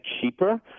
cheaper